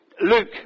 Luke